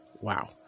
wow